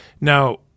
Now